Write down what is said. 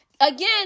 again